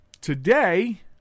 today